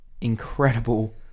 incredible